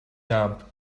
dumb